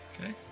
Okay